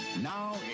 Now